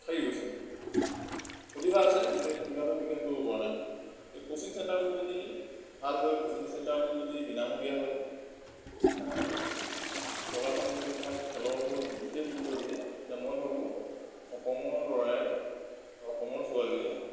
থাকি গৈছে প্ৰতিভা আছে কিন্তু প্ৰতিভাটো বিকাশ কৰিব পৰা নাই এই কোচিং চেণ্টাৰবোৰ যদি ভাল হয় কোচিং চেণ্টাৰবোৰ যদি বিনামূলীয়া হয় চৰকাৰখনে যদি অকণমান খেলৰ ওপৰত বিশেষ গুৰুত্ব দিয়ে তেতিয়া মই ভাবোঁ অসমৰ ল'ৰাই বা অসমৰ ছোৱালীয়ে